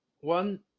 one